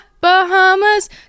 Bahamas